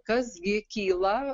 kas gi kyla